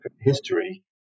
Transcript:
history